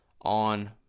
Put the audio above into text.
on